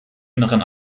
inneren